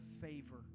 favor